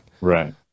right